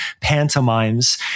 pantomimes